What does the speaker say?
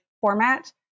format